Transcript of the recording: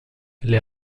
les